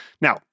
Now